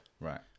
Right